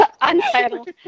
Untitled